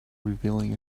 revealing